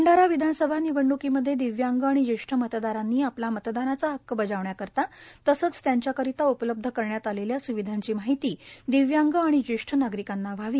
भंडारा विधान सभा निवडणूकीमध्ये दिव्यांग आणि ज्येष्ठ मतदारांनी आपला मतदानाचा हक्क बजावण्याकरीता तसंच त्यांच्याकरीता उपलब्ध करण्यात आलेल्या सुविधांची माहिती दिव्यांग आणि ज्येष्ठ नागरिकांना व्हावी